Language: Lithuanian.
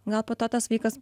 gal po to tas vaikas